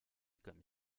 comme